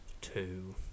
two